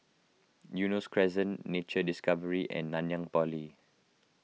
Eunos Crescent Nature Discovery and Nanyang Poly